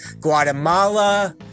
Guatemala